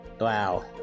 wow